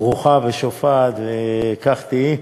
ברוכה ושופעת, וכך תהיי.